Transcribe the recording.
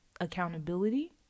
accountability